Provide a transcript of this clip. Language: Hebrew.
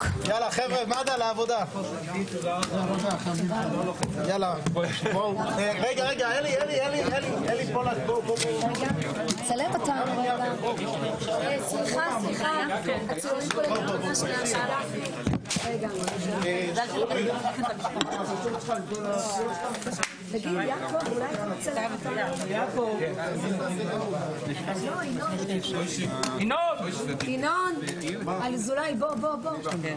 ננעלה בשעה 13:04.